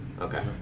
Okay